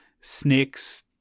snake's